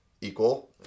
equal